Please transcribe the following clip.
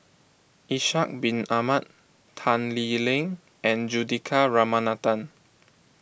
Ishak Bin Ahmad Tan Lee Leng and Juthika Ramanathan